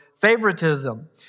favoritism